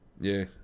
Yeah